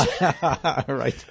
Right